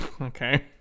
okay